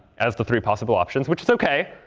as the three possible options, which is ok.